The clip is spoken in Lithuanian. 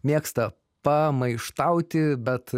mėgsta pamaištauti bet